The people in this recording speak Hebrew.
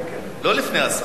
לא לפני השר.